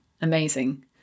Amazing